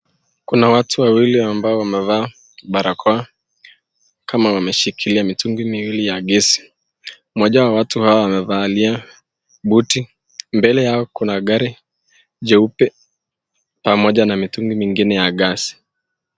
Kuna watu wawili ambao wamevaa barakoa kama wameshikilia mitungi miwili ya gesi. Mmoja wa watu hawa amevaa buti. Mbele yao kuna gari jeupe pamoja na mitungi mingine ya gas .